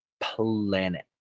planet